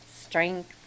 strength